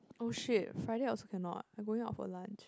oh !shit! Friday I also cannot I going out for lunch